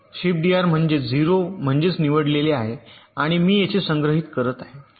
shift DR बरोबर 0 म्हणजेच निवडलेले आहे आणि मी येथे संग्रहित करत आहे